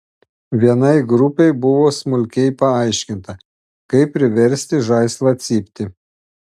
vienai grupei buvo smulkiai paaiškinta kaip priversti žaislą cypti